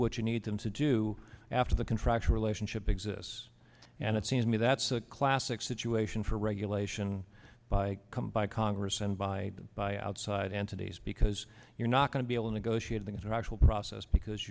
what you need them to do after the contractual relationship exists and it seems to me that's a classic situation for regulation by by congress and by by outside entities because you're not going to be able to negotiate their actual process because